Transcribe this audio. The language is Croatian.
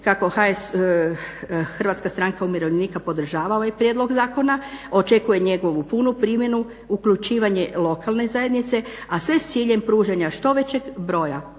dadiljama ističem kako HSU podržava ovaj prijedlog zakona, očekuje njegovu punu primjenu, uključivanje lokalne zajednice a sve s ciljem pružanja što većeg broja